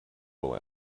will